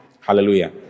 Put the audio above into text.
Hallelujah